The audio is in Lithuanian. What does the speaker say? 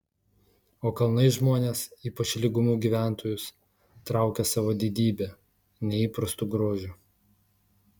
o kalnai žmones ypač lygumų gyventojus traukia savo didybe neįprastu grožiu